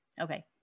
Okay